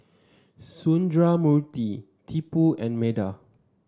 Sundramoorthy Tipu and Medha